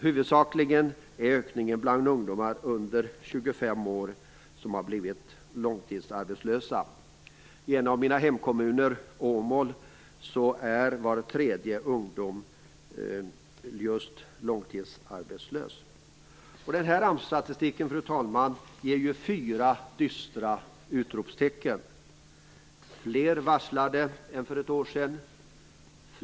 Huvudsakligen är det fler ungdomar under 25 år som har blivit långtidsarbetslösa. I en av mina hemkommuner, Åmål, är var tredje ungdom långtidsarbetslös. Den här AMS-statistiken, fru talman, ger fyra dystra utropstecken: Det är nu fler varslade än för ett år sedan.